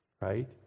right